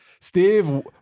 Steve